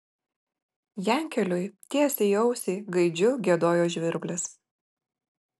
jankeliui tiesiai į ausį gaidžiu giedojo žvirblis